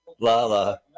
Lala